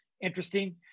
interesting